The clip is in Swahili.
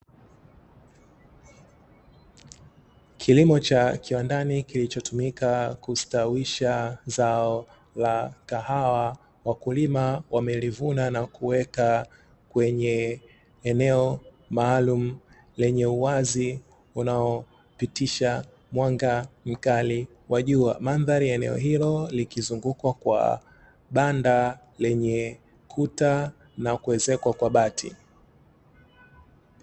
Kilimo cha kiwandani kilichotumiwa kustawisha zao la kahawa, wakulima wamelivuna na kuweka kwenye eneo maalum lenye uwazi unaopitisha mwanga mkali wa jua. Mandhari ya eneo hilo likizungukwa kwa banda lenye kuta na kuezekwa kwa bati.